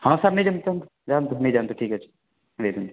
ହଁ ସାର୍ ନେଇଯାନ୍ତୁ ଯାଆନ୍ତୁ ନେଇଯାନ୍ତୁ ଠିକ୍ ଅଛି ନେଇଯାନ୍ତୁ